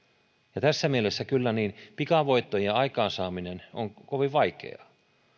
tässä mielessä kyllä pikavoittojen aikaansaaminen on kovin vaikeaa